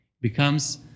Becomes